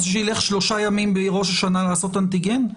שילך שלושה ימים בראש השנה לעשות בדיקת אנטיגן?